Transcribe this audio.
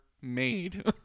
made